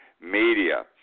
media